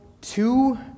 two